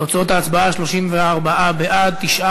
תוצאות ההצבעה, 34 בעד, תשעה